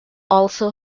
also